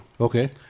Okay